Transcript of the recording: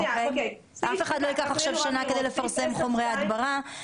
אף אחד לא ייקח עכשיו שנה כדי לפרסם חומרי הדברה,